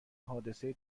حادثه